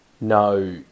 no